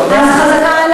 אז חזקה,